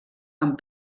amb